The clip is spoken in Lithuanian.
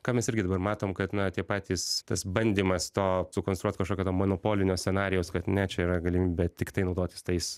ką mes irgi dabar matom kad na tie patys tas bandymas to sukonstruot kažkokio to monopolinio scenarijaus kad ne čia yra galimybė tiktai naudotis tais